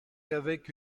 qu’avec